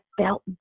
felt